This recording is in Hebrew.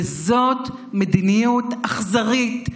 וזאת מדיניות אכזרית,